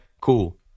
Cool